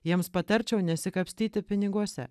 jiems patarčiau nesikapstyti piniguose